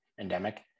endemic